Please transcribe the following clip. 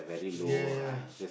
ya ya